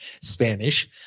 Spanish